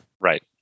Right